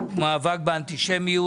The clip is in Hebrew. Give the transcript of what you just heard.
ויום המאבק באנטישמיות.